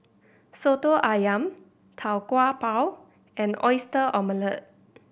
Soto Ayam Tau Kwa Pau and Oyster Omelette